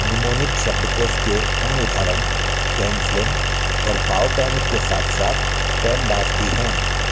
mnemonic शब्दकोश के अन्य उदाहरण कैन स्लिम और पावपैनिक के साथ साथ पेमडास भी हैं